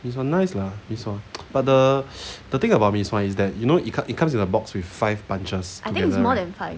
mee sua nice lah mee sua but the the thing about mee sua is that you know it it comes in a box with five bunches together